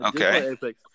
Okay